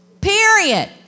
period